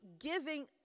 giving